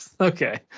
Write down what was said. okay